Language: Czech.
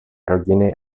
rodiny